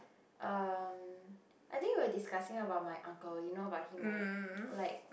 um I think we are discussing about my uncle you know about him right like